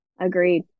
Agreed